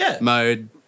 mode